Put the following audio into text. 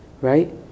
right